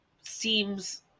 seems